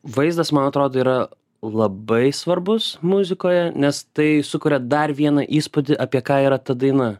vaizdas man atrodo yra labai svarbus muzikoje nes tai sukuria dar vieną įspūdį apie ką yra ta daina